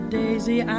daisy